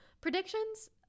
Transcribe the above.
Predictions